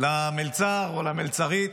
למלצר או למלצרית,